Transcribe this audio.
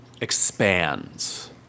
expands